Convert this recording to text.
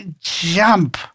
jump